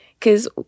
cause